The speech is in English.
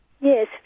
Yes